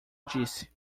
disse